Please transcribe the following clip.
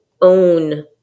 own